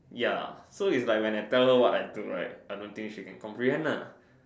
ya so is like when I tell her what I do right I don't think she can comprehend lah